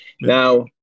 Now